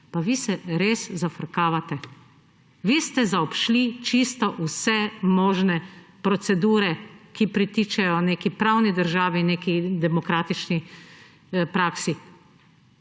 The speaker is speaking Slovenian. Pa vi se res zafrkavate! Vi ste zaobšli čisto vse možne procedure, ki pritičejo neki pravni državi, neki demokratični praksi.